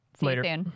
Later